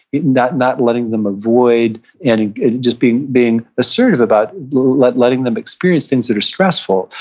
yeah not not letting them avoid and just being being assertive about like letting them experience things that are stressful,